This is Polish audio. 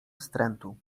wstrętu